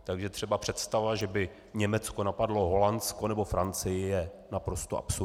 Takže třeba představa, že by Německo napadlo Holandsko nebo Francii, je naprosto absurdní.